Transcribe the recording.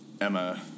Emma